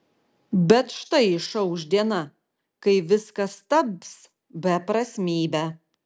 bet štai išauš diena kai viskas taps beprasmybe